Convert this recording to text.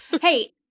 hey